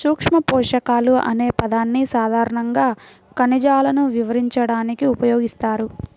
సూక్ష్మపోషకాలు అనే పదాన్ని సాధారణంగా ఖనిజాలను వివరించడానికి ఉపయోగిస్తారు